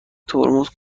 ترمز